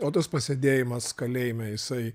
o tas pasėdėjimas kalėjime jisai